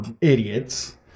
idiots